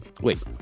wait